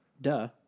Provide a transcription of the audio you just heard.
duh